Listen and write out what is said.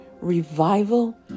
revival